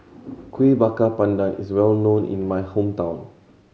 Kueh Bakar Pandan is well known in my hometown